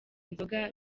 inzoga